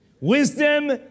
Wisdom